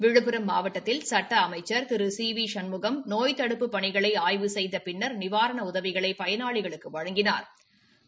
விழுப்புரம் மாவட்டத்தில் சட்ட அமைச்சர் திரு சி வி சண்முகம் நோய் தடுப்புப் பணிகளை ஆய்வு செய்த பின்னா் நிவாரண உதவிகளை பயனாளிகளுக்கு வழங்கினாா்